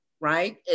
right